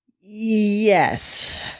yes